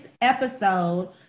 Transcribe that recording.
episode